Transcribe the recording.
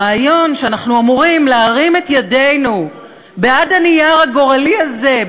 הרעיון שאנחנו אמורים להרים את ידינו בעד הנייר הגורלי הזה,